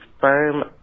firm